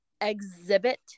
exhibit